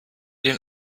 den